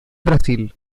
brasil